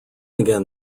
again